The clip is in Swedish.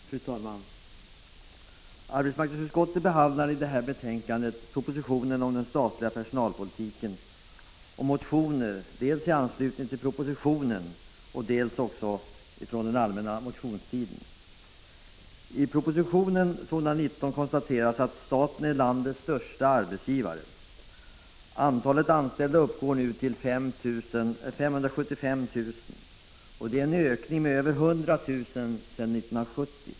Fru talman! Arbetsmarknadsutskottet behandlar i detta betänkande propositionen om statlig personalpolitik och motioner dels i anslutning till propositionen, dels från allmänna motionstiden. I proposition 219 konstateras att staten är landets största arbetsgivare. Antalet anställda uppgår till ca 575 000. Det är en ökning med över 100 000 personer sedan 1970.